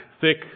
thick